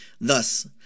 Thus